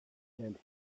and